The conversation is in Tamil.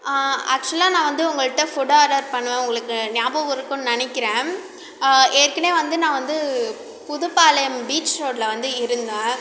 ஆக்சுவலாக நான் வந்து உங்கள்ட்ட ஃபுட் ஆடர் பண்ணுவேன் உங்களுக்கு ஞாபகம் இருக்கும்னு நினைக்கிறேன் ஏற்கனவே வந்து நான் வந்து புதுப்பாளையம் பீச் ரோட்டில் வந்து இருந்தேன்